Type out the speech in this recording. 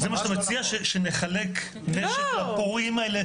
מציע, שנחלק נשק לפורעים האלה.